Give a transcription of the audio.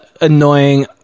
annoying